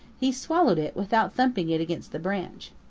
he swallowed it without thumping it against the branch.